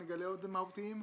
נגלה עוד דברים מהותיים?